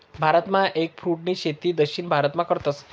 भारतमा एगफ्रूटनी शेती दक्षिण भारतमा करतस